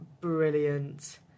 brilliant